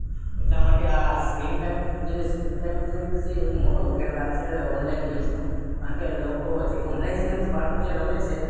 એટલા માટે આ સ્ક્રીન ટાઈમ જે સ્ક્રીન ટાઈમ જે છે એક મોટો ગેરલાભ છે ઓનલાઈન ગેમ્સનો કારણ કે લોકો હજી એક ઓનલાઈન ગેમ્સ જે રમે છે